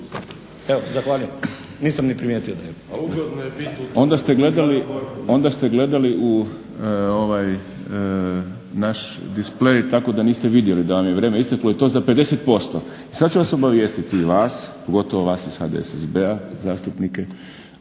ne razumije./… **Šprem, Boris (SDP)** Onda ste gledali u ovaj naš display tako da niste vidjeli da vam je vrijeme isteklo i to za 50%. Sad ću vas obavijestiti, vas, pogotovo vas iz HDSSB-a zastupnike,